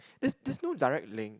there's there's no direct link